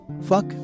Fuck